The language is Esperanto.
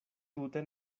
tute